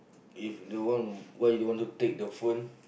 if don't want why you don't want to take the phone